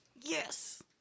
Yes